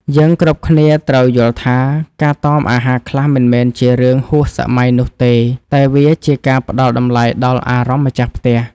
យើងគ្រប់គ្នាត្រូវយល់ថា ការតមអាហារខ្លះមិនមែនជារឿងហួសសម័យនោះទេតែវាជាការផ្តល់តម្លៃដល់អារម្មណ៍ម្ចាស់ផ្ទះ។